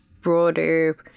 broader